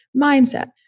mindset